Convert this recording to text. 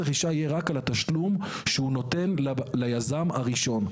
מס הרכישה יהיה רק על התשלום שהוא נותן ליזם הראשון.